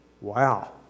Wow